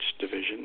division